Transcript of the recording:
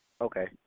Okay